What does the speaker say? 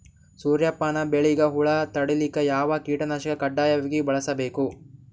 ಸೂರ್ಯಪಾನ ಬೆಳಿಗ ಹುಳ ತಡಿಲಿಕ ಯಾವ ಕೀಟನಾಶಕ ಕಡ್ಡಾಯವಾಗಿ ಬಳಸಬೇಕು?